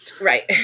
Right